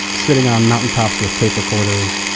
sitting on mountaintops with tape recorders.